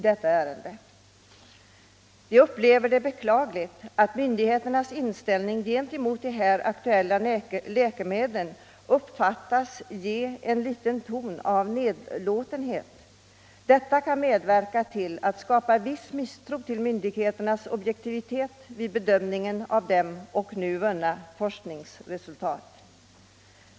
Jag upplever det som beklagligt att myndigheternas inställning genemot de aktuella läkemedlen uppfattas som i någon mån nedlåtande. Detta kan medverka till att skapa en viss misstro mot myndigheternas objektivitet vid bedömningen av dem och av vunna forskningsresultat.